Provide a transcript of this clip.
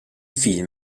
film